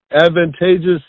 advantageous